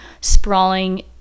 sprawling